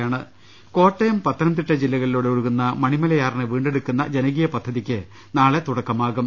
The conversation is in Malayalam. രംഭട്ട്ട്ട്ട്ട്ട്ട്ട്ട കോട്ടയം പത്തനംതിട്ട ജില്ലകളിലൂടെ ഒഴുകുന്ന മണിമലയാറിനെ വീണ്ടെ ടുക്കുന്ന ജനകീയ പദ്ധതിക്ക് നാളെ തുടക്കമാകും